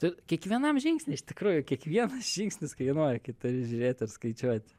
tai kiekvienam žingsny iš tikrųjų kiekvienas žingsnis kainuoja kai turi žiūrėt ir skaičiuot